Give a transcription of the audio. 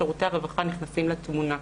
שירותי הרווחה נכנסים לתמונה.